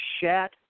shat